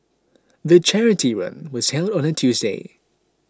the charity run was held on a Tuesday